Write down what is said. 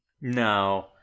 No